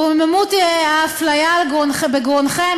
רוממות נושא ההפליה בגרונכם,